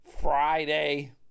Friday